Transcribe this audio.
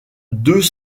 deux